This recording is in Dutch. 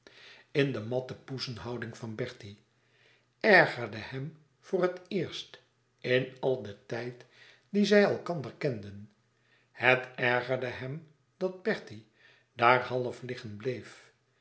in de matte poesenhouding van bertie ergerde hem voor het eerst in al den tijd dien zij elkander kenden het ergerde hem dat bertie daar half liggen bleef